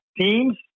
teams